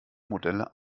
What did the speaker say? modelle